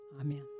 Amen